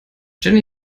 jenny